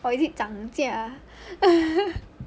or is it 涨价 ah